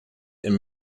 and